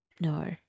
No